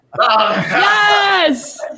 Yes